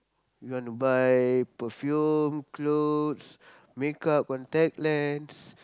you want to buy perfume clothes makeup contact lens